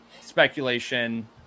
speculation